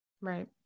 right